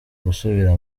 gusubira